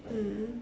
mm